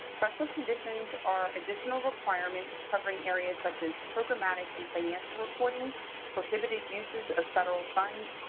special conditions are additional requirements, covering areas such as programmatic and financial reporting prohibited uses of federal funds,